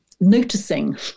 noticing